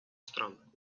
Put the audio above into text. стран